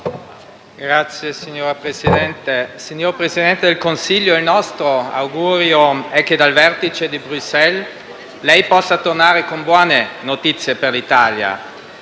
UV))*. Signor Presidente, signor Presidente del Consiglio, il nostro augurio è che dal vertice di Bruxelles lei possa tornare con buone notizie per l'Italia.